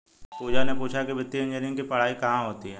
पूजा ने पूछा कि वित्तीय इंजीनियरिंग की पढ़ाई कहाँ होती है?